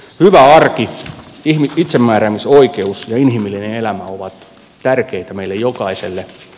hyvä arki itsemääräämisoikeus ja inhimillinen elämä ovat tärkeitä meille jokaiselle